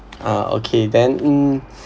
ah okay then mm